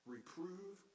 Reprove